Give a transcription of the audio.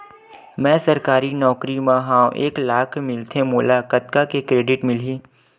मैं सरकारी नौकरी मा हाव एक लाख मिलथे मोला कतका के क्रेडिट मिलही?